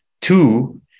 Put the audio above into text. Two